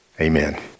Amen